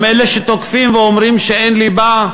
גם אלה שתוקפים ואומרים שאין ליבה,